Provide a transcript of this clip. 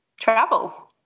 travel